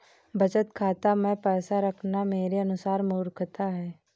बचत खाता मैं पैसा रखना मेरे अनुसार मूर्खता है